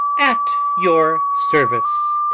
at your service.